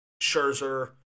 Scherzer